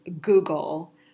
Google